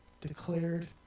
declared